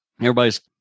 everybody's